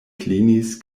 klinis